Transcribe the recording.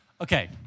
Okay